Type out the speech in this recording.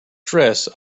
dress